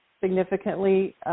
significantly